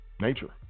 Nature